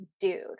dude